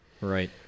Right